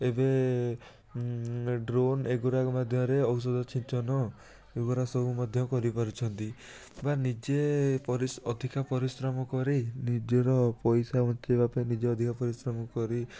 ଏବେ ଡ୍ରୋନ୍ ଏଗୁଡ଼ାକ ମାଧ୍ୟମରେ ଔଷଧ ଛିଞ୍ଚନ ଏଗୁରା ମଧ୍ୟ ସବୁ କରିପାରୁଛନ୍ତି ବା ନିଜେ ପରିଶ୍ର ଅଧିକା ପରିଶ୍ରମ କରି ନିଜର ପଇସା ବଞ୍ଚିବାପାଇଁ ନିଜେ ଅଧିକା ପରିଶ୍ରମ କରି